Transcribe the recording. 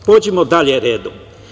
Pođimo dalje redom.